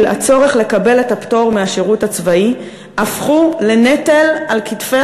הצורך לקבל את הפטור מהשירות הצבאי הפכו לנטל על כתפי